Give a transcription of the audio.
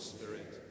Spirit